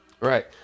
right